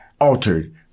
altered